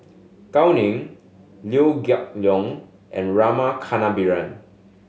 Gao Ning Liew Geok Leong and Rama Kannabiran